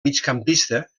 migcampista